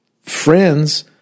friends